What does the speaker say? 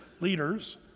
leaders